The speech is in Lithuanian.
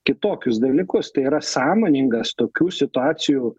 kitokius dalykus tai yra sąmoningas tokių situacijų